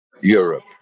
Europe